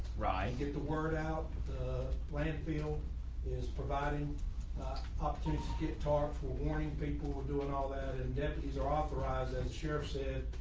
right get the word out. the land field is providing opportunity, talk for warning people doing all that and deputies are authorized, as sheriff said,